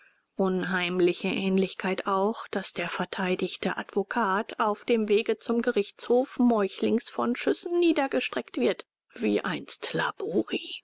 unheimliche ähnlichkeit auch daß der verteidigende advokat auf dem wege zum gerichtshof meuchlings von schüssen niedergestreckt wird wie einst labori